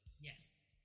Yes